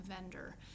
vendor